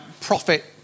profit